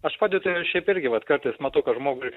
aš padedu šiaip irgi vat kartais matau kad žmogus